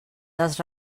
dels